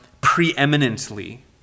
preeminently